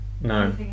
No